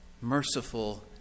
merciful